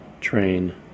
train